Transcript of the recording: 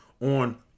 on